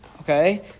Okay